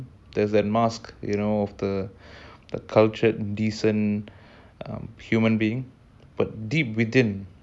when you're trying to judge that from the wrong lens it comes off as you know